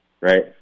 right